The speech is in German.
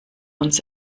uns